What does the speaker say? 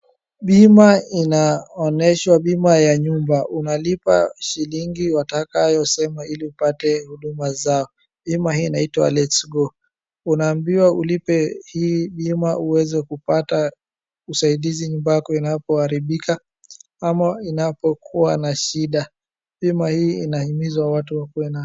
Bima inaonyeshwa, bima ya nyumba, wanalipa shilingi watakayosema ili upate huduma zao, bima hii inaitwa letsgo unaambiwa ulipe hii bima ili uweze kupata usaidizi nyumba yako inapoharibika ama inapokuwa na shida. Bima hii inahimiza watu wakuwe nayo.